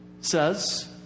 says